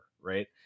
right